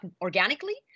organically